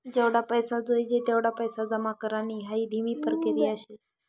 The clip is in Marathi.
जेवढा पैसा जोयजे तेवढा पैसा जमा करानी हाई धीमी परकिया शे